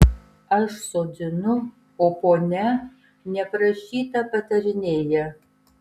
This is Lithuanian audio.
aš sodinu o ponia neprašyta patarinėja